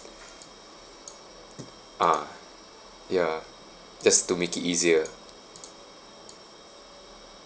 ah ya just to make it easier